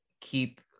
keep